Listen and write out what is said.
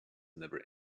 never